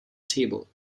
table